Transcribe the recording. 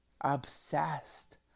Obsessed